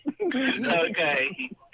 Okay